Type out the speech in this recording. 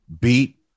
beat